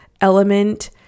element